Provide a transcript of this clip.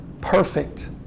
perfect